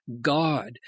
God